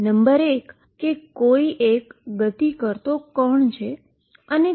number 1 કોઈ એક moving કરતો પાર્ટીકલ છે